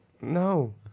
No